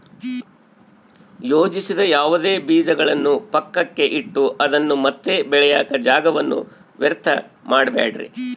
ಯೋಜಿಸದ ಯಾವುದೇ ಬೀಜಗಳನ್ನು ಪಕ್ಕಕ್ಕೆ ಇಟ್ಟು ಅದನ್ನ ಮತ್ತೆ ಬೆಳೆಯಾಕ ಜಾಗವನ್ನ ವ್ಯರ್ಥ ಮಾಡಬ್ಯಾಡ್ರಿ